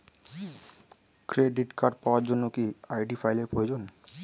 Credit card পাওয়ার জন্য কি আই.ডি ফাইল এর প্রয়োজন?